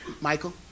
Michael